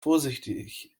vorsichtig